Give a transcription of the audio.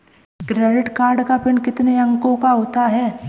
Credit card का pin कितने अंकों का होता है?